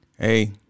Hey